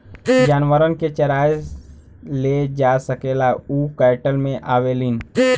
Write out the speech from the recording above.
जानवरन के चराए ले जा सकेला उ कैटल मे आवेलीन